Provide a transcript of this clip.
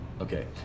Okay